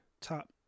Top